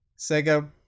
Sega